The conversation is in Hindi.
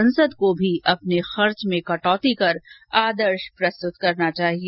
संसद को भी अपने व्यय में कटौती कर आदर्श प्रस्तुत करना चाहिए